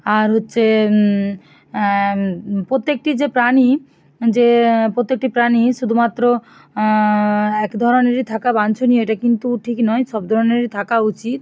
আর হচ্চে প্রত্যেকটি যে প্রাণী যে প্রত্যেকটি প্রাণী শুধুমাত্র এক ধরনেরই থাকা বাঞ্ছনীয় এটা কিন্তু ঠিক নয় সব ধরনেরই থাকা উচিত